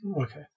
Okay